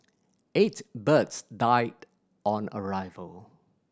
eight birds died on arrival